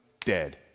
dead